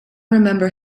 remember